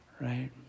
right